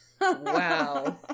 Wow